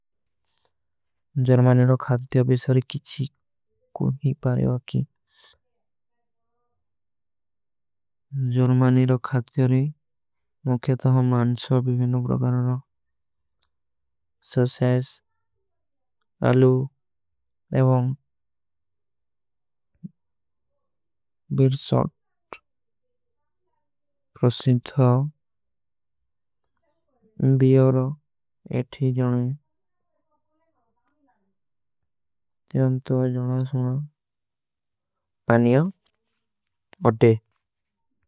ଜର୍ମାନୀ ରୋ ଖାତ୍ଯା ବେସାରେ କିଛୀ କୁଣ ହୀ ପାରେଵା କୀ। ଜର୍ମାନୀ ରୋ ଖାତ୍ଯାରେ ମୁଖେତ ହୋ ମାନ୍ସଵ ବିଵେନୁ ଗ୍ରଗର ରୋ। ସୋଚେସ ଅଲୂ ଏବଂଗ ବିର୍ଶଟ। ପ୍ରସୀଥ ହୋ ବିଯର ରୋ ଏଠୀ ଜୋନେ। ଜୋନତୋ ଜୋନା ସୁନା ପାନିଯୋ ଉଡେ।